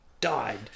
died